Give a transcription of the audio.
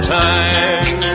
time